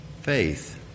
Faith